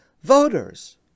voters